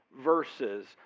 verses